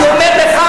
אני אומר לך,